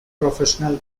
professional